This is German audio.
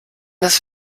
das